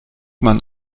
man